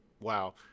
wow